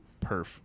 Perf